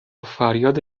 فریاد